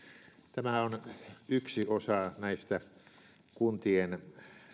tämä on yksi osa näistä kuntien